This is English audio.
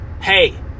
hey